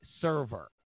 server